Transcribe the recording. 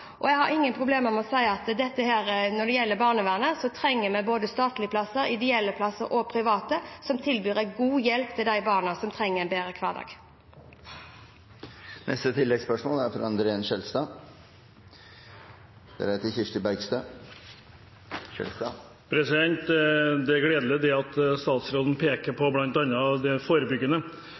vi både statlige plasser, ideelle plasser og private plasser, som tilbyr god hjelp til de barna som trenger en bedre hverdag. André N. Skjelstad – til oppfølgingsspørsmål. Det er gledelig at statsråden bl.a. peker på det forebyggende.